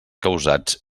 causats